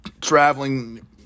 traveling